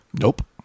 Nope